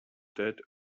that